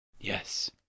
Yes